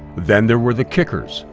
then there were the kickers,